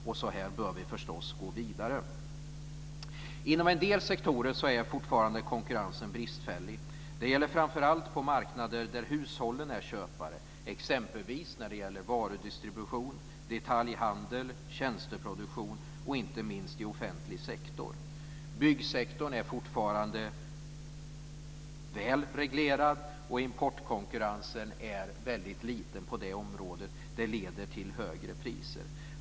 Vi bör förstås gå vidare här. Inom en del sektorer är fortfarande konkurrensen bristfällig. Det gäller framför allt på marknader där hushållen är köpare. Det gäller exempelvis varudistribution, detaljhandel, tjänsteproduktion och inte minst i offentlig sektor. Byggsektorn är fortfarande väl reglerad, och importkonkurrensen är väldigt liten på det området. Det leder till högre priser.